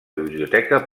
biblioteca